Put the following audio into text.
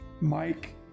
Mike